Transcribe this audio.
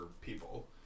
people